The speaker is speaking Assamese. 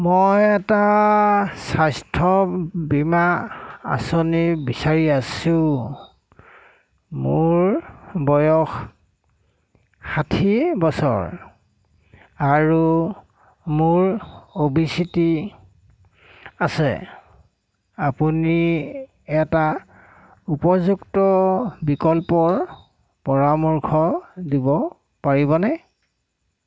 মই এটা স্বাস্থ্য বীমা আঁচনি বিচাৰি আছোঁ মোৰ বয়স ষাঠি বছৰ আৰু মোৰ অ' বি ছি টি আছে আপুনি এটা উপযুক্ত বিকল্পৰ পৰামৰ্শ দিব পাৰিবনে